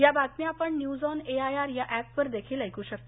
या बातम्या आपण न्यज ऑन एआयआर ऍपवर देखील ऐक शकता